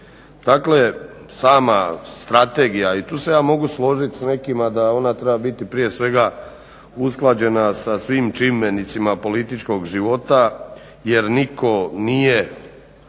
Dakle sama strategija i tu se ja mogu složiti s nekima da ona treba biti prije svega usklađena sa svim čimbenicima političkog života jer nitko nije